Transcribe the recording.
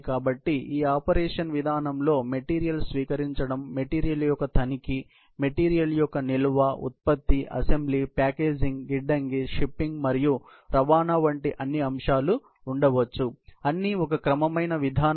కాబట్టి ఈ ఆపరేషన్ విధానంలో మెటీరియల్ స్వీకరించడం మెటీరియల్ యొక్క తనిఖీ మెటీరియల్ యొక్క నిల్వ ఉత్పత్తి అసెంబ్లీ ప్యాకేజింగ్ గిడ్డంగి షిప్పింగ్ మరియు రవాణా వంటి అన్ని అంశాలు ఉండవచ్చు అన్నీ ఒక క్రమమైన విధానం